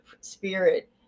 spirit